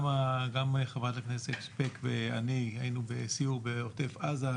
חברת הכנסת שפק ואני היינו בסיור בעוטף עזה,